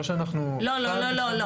לא, לא.